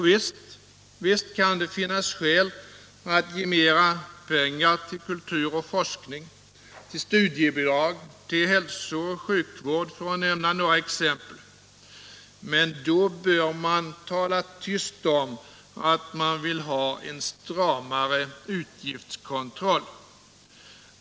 Visst kan det finnas skäl att ge mera pengar till kultur och forskning, till studiebidrag, till hälsooch sjukvård, för att nämna några exempel, men då bör man tala tyst om att man vill ha en stramare utgiftskontroll.